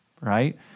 right